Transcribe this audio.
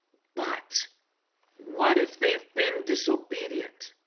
but what if they've been disobedient